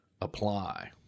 apply